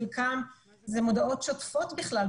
חלקם זה מודעות שוטפות בכלל,